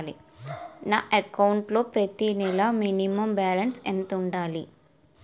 నా అకౌంట్ లో ప్రతి నెల మినిమం బాలన్స్ ఎంత ఉండాలి?